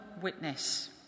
witness